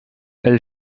elle